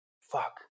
fuck